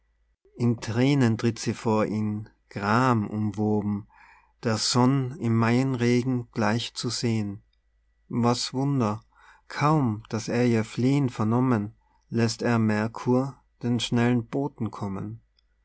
in thränen tritt sie vor ihn gramumwoben der sonn im maienregen gleich zu sehn was wunder kaum daß er ihr flehn vernommen läßt er mercur den schnellen boten kommen